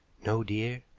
no, dear.